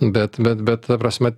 bet bet bet ta prasme